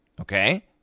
Okay